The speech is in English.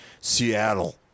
Seattle